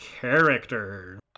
character